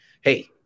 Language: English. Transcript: Hey